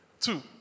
Two